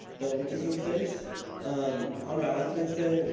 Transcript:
that will be taking place on valentine's day.